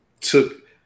took